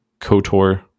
KOTOR